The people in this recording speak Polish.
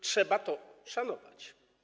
Trzeba to szanować.